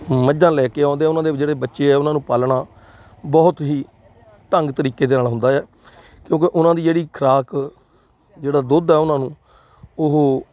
ਮੱਝਾਂ ਲੈ ਕੇ ਆਉਂਦੇ ਉਹਨਾਂ ਦੇ ਵੀ ਜਿਹੜੇ ਬੱਚੇ ਹੈ ਉਹਨਾਂ ਨੂੰ ਪਾਲਣਾ ਬਹੁਤ ਹੀ ਢੰਗ ਤਰੀਕੇ ਦੇ ਨਾਲ ਹੁੰਦਾ ਹੈ ਕਿਉਂਕਿ ਉਹਨਾਂ ਦੀ ਜਿਹੜੀ ਖੁਰਾਕ ਜਿਹੜਾ ਦੁੱਧ ਹੈ ਉਹਨਾਂ ਨੂੰ ਉਹ